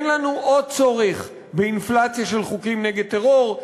אין לנו עוד צורך באינפלציה של חוקים נגד טרור.